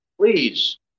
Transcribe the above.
Please